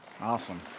Awesome